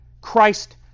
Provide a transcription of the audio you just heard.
Christ